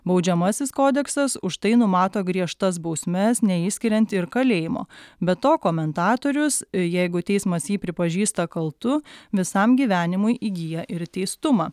baudžiamasis kodeksas už tai numato griežtas bausmes neišskiriant ir kalėjimo be to komentatorius jeigu teismas jį pripažįsta kaltu visam gyvenimui įgyja ir teistumą